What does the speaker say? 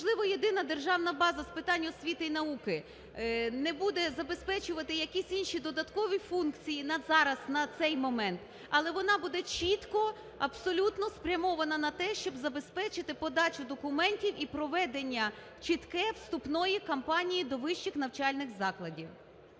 можливо, Єдина державна база з питань освіти і науки не буде забезпечувати якісь інші, додаткові функції на зараз, на цей момент, але вона буде чітко абсолютно спрямована на те, щоб забезпечити подачу документів і проведення чітке вступної кампанії до вищих навчальних закладів.